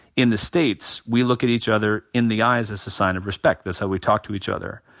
in the states we look at each other in the eyes as a sign of respect. that's how we talk to each other.